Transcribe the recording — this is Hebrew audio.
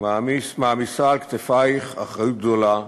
מעמיסה על כתפייך אחריות גדולה,